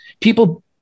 people